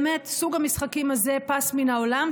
באמת סוג המשחקים הזה פס מן העולם,